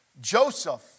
Joseph